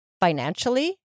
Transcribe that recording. Financially